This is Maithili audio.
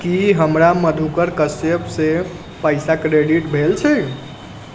की हमरा मधुकर कश्यप से पैसा क्रेडिट भेल छै